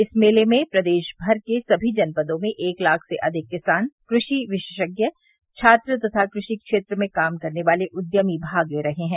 इस मेले में प्रदेशमर के समी जनपदों में एक लाख से अधिक किसान कृषि विशेषज्ञ छात्र तथा कृषि क्षेत्र में काम करने वाले उद्यमी भाग ले रहे हैं